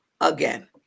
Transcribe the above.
again